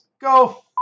go